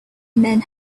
men